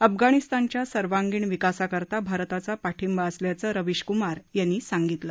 अफगाणिस्तानच्या सर्वांगिण विकासाकरता भारताचा पाठींबा असल्याचं रविश क्मार यांनी सांगितलं